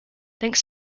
thanks